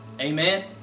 Amen